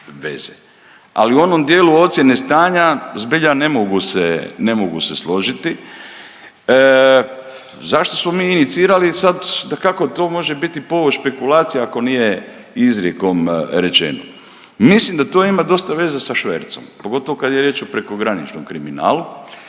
Ali u onom dijelu ocijene stanja zbilja ne mogu se složiti. Zašto smo mi inicirali sad? Dakako to može po ovoj špekulaciji ako nije izrekom rečeno. Mislim da to ima dosta veze sa švercom. Pogotovo kad je riječ o prekograničnom kriminalu.